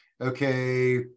okay